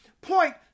point